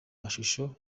mashusho